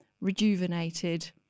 rejuvenated